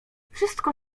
wszystko